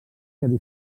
que